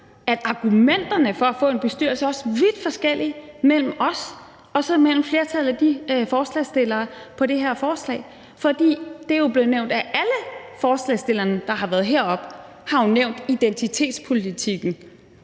at argumenterne for at få en bestyrelse også er vidt forskellige mellem os og så flertallet af forslagsstillerne på det her forslag. For alle forslagsstillerne, der har været heroppe, har jo nævnt identitetspolitikken